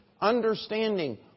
understanding